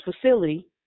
facility